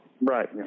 Right